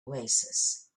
oasis